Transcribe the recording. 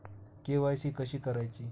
KYC कशी करायची?